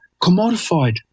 commodified